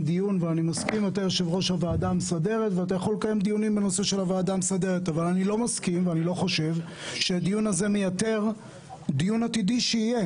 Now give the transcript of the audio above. שמכיוון שהוועדה המסדרת מעולם לא דנה במהות של חוק עצמו.